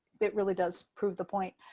it really does prove the point.